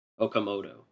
Okamoto